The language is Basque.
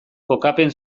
kokapen